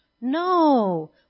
No